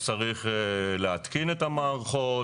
אז צריך להתקין את המערכות,